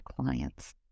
clients